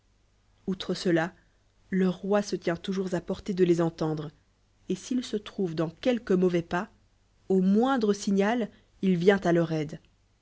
outre cela leur roi se tient touj ur à po tée de lps entendre ét s'il se trouvent dans quelqnes mauvais pas au moindre signalilvient à leur aide